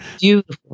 Beautiful